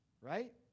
right